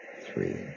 three